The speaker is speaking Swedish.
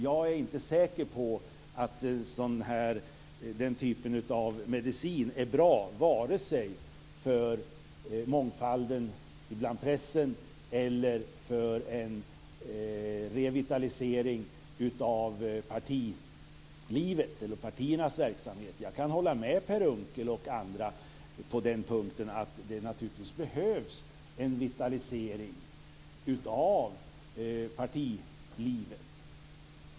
Jag är inte säker på att den typen av medicin är bra, vare sig för mångfalden bland pressen eller för en revitalisering av partilivet eller partiernas verksamhet. Jag kan hålla med Per Unckel och andra på den punkten att det behövs en vitalisering av partilivet.